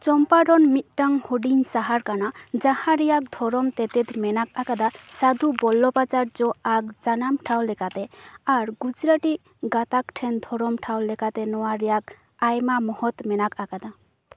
ᱪᱚᱢᱯᱟᱨᱚᱱ ᱢᱤᱫᱴᱟᱝ ᱦᱩᱰᱤᱩᱧ ᱥᱟᱦᱟᱨ ᱠᱟᱱᱟ ᱡᱟᱦᱟᱸ ᱨᱮᱭᱟᱜ ᱫᱷᱚᱨᱚᱢ ᱛᱮᱛᱮᱫ ᱢᱮᱱᱟᱜ ᱟᱠᱟᱫᱟ ᱥᱟᱫᱷᱩ ᱵᱚᱞᱞᱚᱵᱷᱟᱪᱟᱨᱡᱚᱼᱟᱜ ᱟᱨ ᱡᱟᱱᱟᱢ ᱴᱷᱟᱶ ᱞᱮᱠᱟᱛᱮ ᱟᱨ ᱜᱩᱡᱽᱨᱟᱴᱤ ᱜᱟᱛᱟᱠ ᱴᱷᱮᱱ ᱫᱷᱚᱨᱚᱢ ᱴᱷᱟᱶ ᱞᱮᱠᱟᱛᱮ ᱱᱚᱣᱟ ᱨᱮᱭᱟᱜ ᱟᱭᱢᱟ ᱢᱚᱦᱚᱛ ᱢᱮᱱᱟᱜ ᱟᱠᱟᱫᱟ